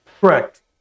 Correct